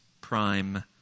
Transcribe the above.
prime